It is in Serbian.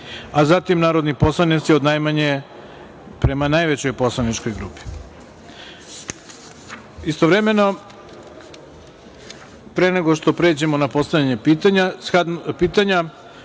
a zatim narodni poslanici od najmanje prema najvećoj poslaničkoj grupi. Pre nego što pređemo na postavljanje pitanja,